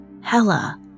Hella